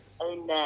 Amen